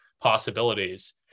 possibilities